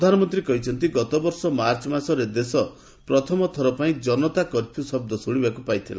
ପ୍ରଧାନମନ୍ତ୍ରୀ କହିଛନ୍ତି ଗତବର୍ଷ ମାର୍ଚ୍ଚ ମାସରେ ଦେଶ ପ୍ରଥମ ଥରପାଇଁ ଜନତା କର୍ଫ୍ୟୁ ଶବ୍ଦ ଶୁଣିବାକୁ ପାଇଥିଲା